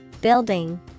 Building